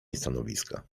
stanowiska